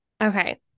Okay